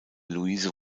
louise